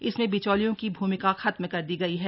इसमें बिचैलियों की भूमिका खत्म कर दी गई हैं